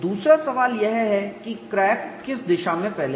दूसरा सवाल यह है कि क्रैक किस दिशा में फैलेगा